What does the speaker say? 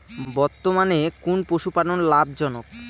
বর্তমানে কোন পশুপালন লাভজনক?